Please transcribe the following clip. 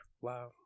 Wow